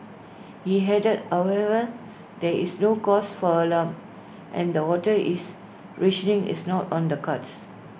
he added however there is no cause for alarm and that water is rationing is not on the cards